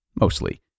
Mostly